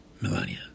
Melania